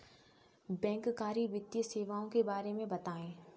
बैंककारी वित्तीय सेवाओं के बारे में बताएँ?